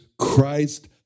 Christ